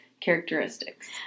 characteristics